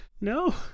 No